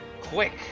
Quick